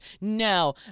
No